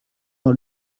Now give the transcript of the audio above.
dans